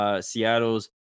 Seattle's